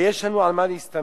ויש לנו על מה להסתמך.